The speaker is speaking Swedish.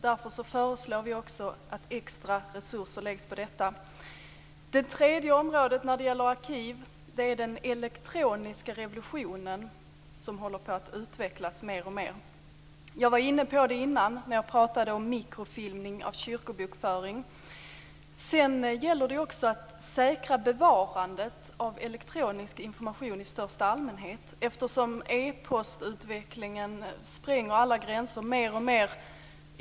Därför föreslår vi också att extra resurser läggs på detta. Det tredje området när det gäller arkiv är den elektroniska revolutionen som håller på att utvecklas mer och mer. Jag var inne på detta i början när jag talade om mikrofilmning av kyrkobokföring. Det gäller också att säkra bevarandet av elektronisk information i största allmänhet, eftersom e-postutvecklingen spränger alla gränser mer och mer.